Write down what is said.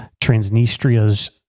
Transnistria's